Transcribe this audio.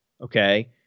okay